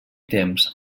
temps